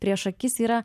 prieš akis yra